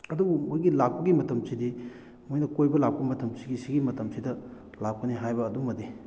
ꯑꯗꯨꯕꯨ ꯃꯣꯏꯒꯤ ꯂꯥꯛꯄꯒꯤ ꯃꯇꯝꯁꯤꯗꯤ ꯃꯣꯏꯅ ꯀꯣꯏꯕ ꯂꯥꯛꯄ ꯃꯇꯝꯁꯤ ꯁꯤꯒꯤ ꯃꯇꯝꯁꯤꯗ ꯂꯥꯛꯀꯅꯤ ꯍꯥꯏꯕ ꯑꯗꯨꯃꯗꯤ